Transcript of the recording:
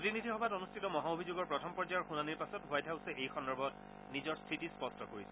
প্ৰতিনিধি সভাত অনুষ্ঠিত মহা অভিযোগৰ প্ৰথম পৰ্যায়ৰ শুনানিৰ পাছত হোৱাইট হাউছে এই সন্দৰ্ভত নিজৰ স্থিতি স্পষ্ট কৰিছে